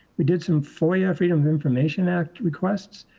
we did some foil yeah freedom of information act requests,